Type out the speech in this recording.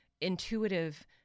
intuitive